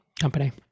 company